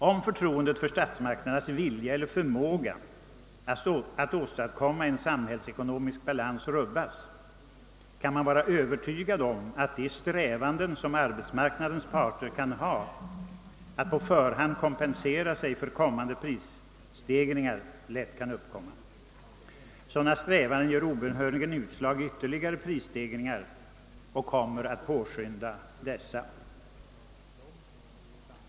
Om förtroendet för statsmakternas vilja eller förmåga att åstadkomma samhällsekonomisk balans rubbas, kan man vara övertygad om att strävanden hos arbetsmarknadens parter att på förhand kompensera sig för kommande prisstegringar lätt kan uppkomma. Sådana strävanden ger obönhörligen utslag i ytterligare prisstegringar och kommer att påskynda dessa.